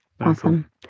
Awesome